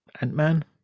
Ant-Man